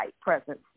presence